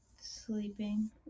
sleeping